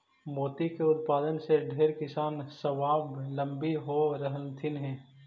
मोती के उत्पादन से ढेर किसान स्वाबलंबी हो रहलथीन हे